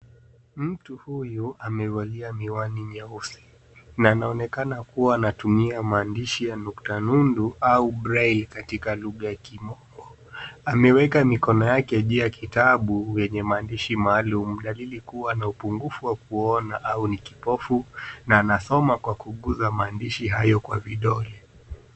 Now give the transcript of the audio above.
Mtu huyu amevalia miwani nyeusi, na anaonekana kuwa anatumia maandishi ya nukta nundu, au braille , katika lugha ya kimombo. Ameweka mikono yake juu ya kitabu, yenye maandishi maalum, dalili kuwa na upungufu wa kuona au ni kipofu, na anasoma kwa kuuguza maandishi hayo kwa vidole.